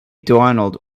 donald